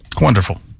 Wonderful